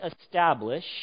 establish